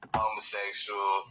homosexual